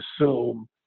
assume